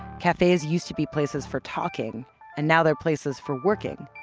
cafes used to be places for talking and now they're places for working,